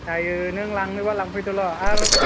जायो नों लांनोबा लांफैदोल' आरो